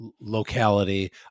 locality